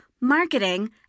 marketing